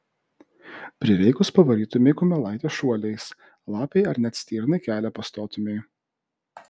prireikus pavarytumei kumelaitę šuoliais lapei ar net stirnai kelią pastotumei